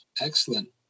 excellent